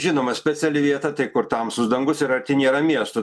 žinoma speciali vieta kur tamsus dangus ir arti nėra miestų